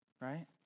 Right